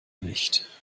nicht